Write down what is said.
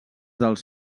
dels